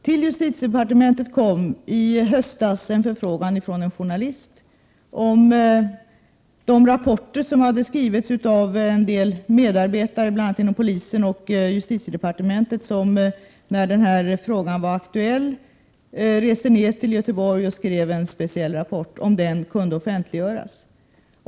Till justitiedepartementet kom i höstas en förfrågan från en journalist om den rapport kunde offentliggöras som skrivits av medarbetare bl.a. inom polisen och justitiedepartementet, vilka reste ner till Göteborg när frågan var aktuell.